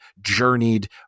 journeyed